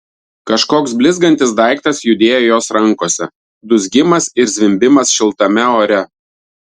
kažkoks blizgantis daiktas judėjo jos rankose dūzgimas ir zvimbimas šiltame ore